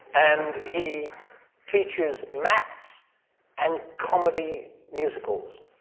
and he teaches maths and comedy musicals.